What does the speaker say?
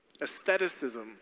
Aestheticism